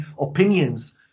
opinions